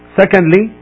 secondly